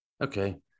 Okay